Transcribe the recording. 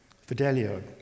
Fidelio